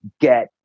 get